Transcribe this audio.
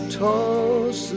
toss